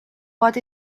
what